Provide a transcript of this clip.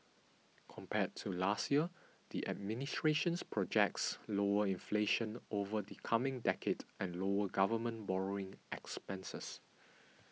compared with last year the administration projects lower inflation over the coming decade and lower government borrowing expenses